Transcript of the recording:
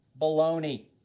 Baloney